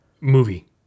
movie